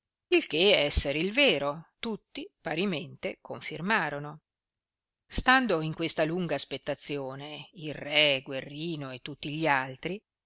il che esser il vero tutti parimente confirmarono stando in questa lunga aspettazione il re guerrino e tutti gli altri